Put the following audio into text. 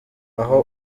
aho